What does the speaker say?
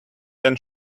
then